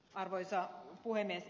arvoisa puhemies